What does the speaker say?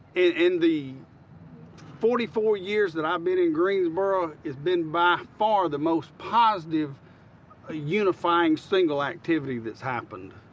in in the forty four years that i've been in greensboro, it's been by far the most positive unifying single activity that's happened